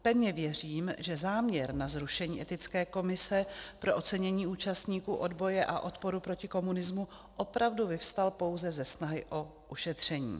Pevně věřím, že záměr na zrušení Etické komise pro ocenění účastníků odboje a odporu proti komunismu opravdu vyvstal pouze ze snahy o šetření.